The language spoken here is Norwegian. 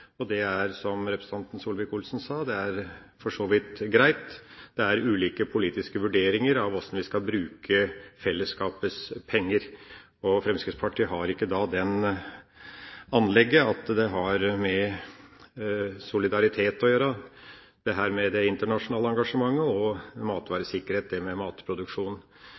Norge. Det er, som representanten Solvik-Olsen sa, for så vidt greit. Det er ulike politiske vurderinger av hvordan vi skal bruke fellesskapets penger. Fremskrittspartiet har ikke anlegg for det som har med solidaritet å gjøre – dette med internasjonalt engasjement, matvaresikkerhet og matproduksjon. Men det som var hovedpoenget i mitt innlegg, er det